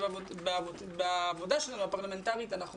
ובעבודה שלנו הפרלמנטרית אנחנו